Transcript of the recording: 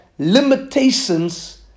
Limitations